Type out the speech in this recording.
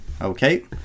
Okay